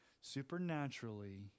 supernaturally